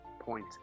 point